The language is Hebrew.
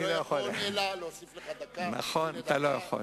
אני לא יכול אלא להוסיף לך דקה, בבקשה.